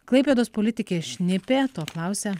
klaipėdos politikė šnipė to klausia